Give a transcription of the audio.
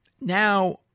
now